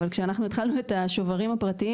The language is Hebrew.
אבל כשאנחנו התחלנו את השוברים הפרטיים